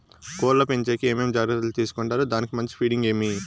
కోళ్ల పెంచేకి ఏమేమి జాగ్రత్తలు తీసుకొంటారు? దానికి మంచి ఫీడింగ్ ఏమి?